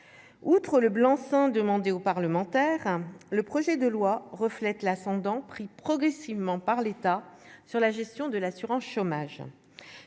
outre le blanc sans demander aux parlementaires, le projet de loi reflète la sonde donc pris progressivement par l'État sur la gestion de l'assurance chômage,